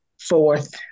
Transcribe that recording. fourth